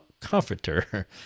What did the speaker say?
comforter